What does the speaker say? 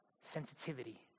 sensitivity